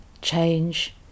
change